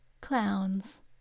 clowns